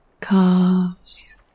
calves